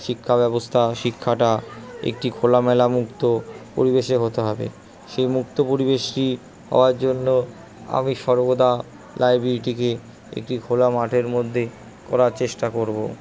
শিক্ষাব্যবস্থা শিক্ষাটা একটি খোলামেলা মুক্ত পরিবেশে হতে হবে সেই মুক্ত পরিবেশই হওয়ার জন্য আমি সর্বদা লাইব্রেরিটিকে একটি খোলা মাঠের মধ্যে করার চেষ্টা করবো